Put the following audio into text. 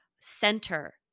center